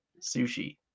Sushi